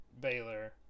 Baylor